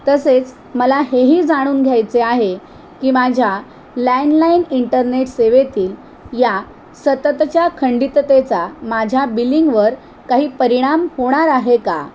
तसेच मला हेही जाणून घ्यायचे आहे की माझ्या लँडलाईन इंटरनेट सेवेतील या सततच्या खंडिततेचा माझ्या बिलिंगवर काही परिणाम होणार आहे का